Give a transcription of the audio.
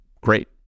great